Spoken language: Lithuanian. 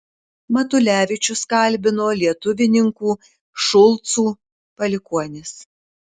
matulevičius kalbino lietuvininkų šulcų palikuonis